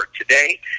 today